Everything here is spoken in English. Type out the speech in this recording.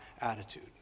attitude